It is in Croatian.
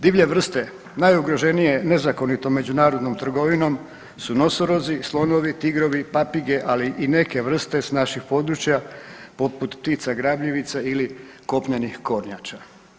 Divlje vrste najugroženije nezakonito međunarodnom trgovinom su nosorozi, slonovi, tigrovi, papige, ali i neke vrste sa naših područja poput ptica grabljivica ili kopnenih kornjača.